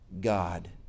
God